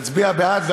נצביע בעד.